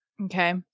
Okay